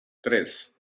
tres